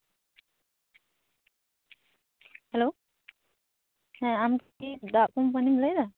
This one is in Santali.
ᱦᱮᱞᱳ ᱦᱮᱸ ᱟᱢ ᱪᱮᱫ ᱫᱟᱜ ᱠᱳᱢᱯᱟᱱᱤᱢ ᱞᱟᱹᱭᱫᱟ